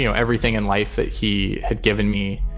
you know everything in life that he had given me.